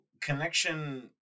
connection